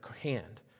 hand